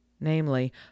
namely